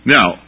Now